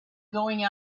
going